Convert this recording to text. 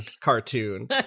cartoon